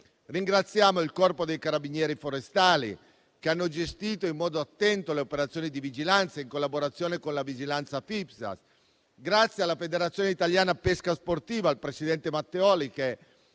Ringraziamo il corpo dei carabinieri forestali, che hanno gestito in modo attento le operazioni di vigilanza, in collaborazione con la vigilanza FIPSAS. Grazie alla Federazione italiana pesca sportiva e al presidente Matteoli,